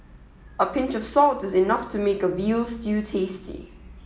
a pinch of salt is enough to make a veal stew tasty